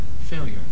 failure